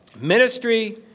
ministry